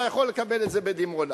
אלא יכול לקבל את זה בדימונה.